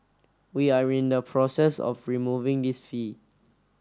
we are in the process of removing this fee